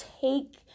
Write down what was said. take